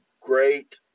great